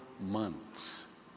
months